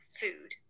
food